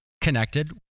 connected